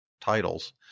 titles